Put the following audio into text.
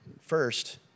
first